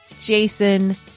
jason